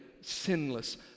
sinless